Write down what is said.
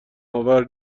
آور